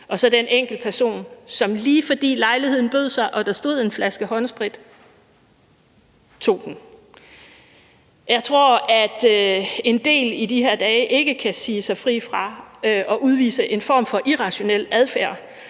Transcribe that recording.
og så den enkeltperson, som lige, fordi lejligheden bød sig og der stod en flaske håndsprit, tog den. Jeg tror, at en del i de her dage ikke kan sige sig fri for at udvise en form for irrationel adfærd.